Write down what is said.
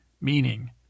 meaning